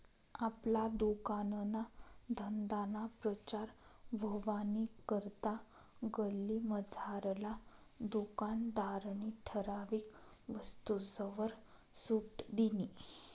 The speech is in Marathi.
आपला दुकानना धंदाना प्रचार व्हवानी करता गल्लीमझारला दुकानदारनी ठराविक वस्तूसवर सुट दिनी